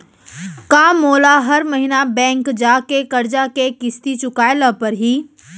का मोला हर महीना बैंक जाके करजा के किस्ती चुकाए ल परहि?